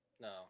No